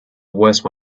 worse